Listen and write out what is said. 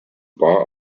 bar